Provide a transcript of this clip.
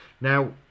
Now